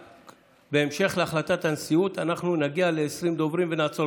(הישיבה נפסקה בשעה 11:22 ונתחדשה בשעה 14:05.)